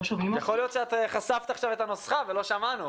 יכול להיות שחשפת את הנוסחה ולא שמענו,